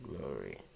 Glory